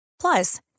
Plus